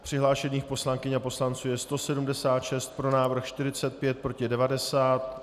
Přihlášených poslankyň a poslanců je 176, pro návrh 45, proti 90.